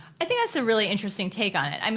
i think that's a really interesting take on it. i mean